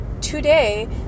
today